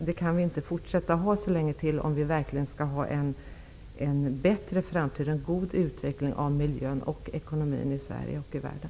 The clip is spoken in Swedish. Det kan vi inte fortsätta att ha så länge till, om vi verkligen skall ha en bättre framtid, en god utveckling av miljön och ekonomin i Sverige och i världen.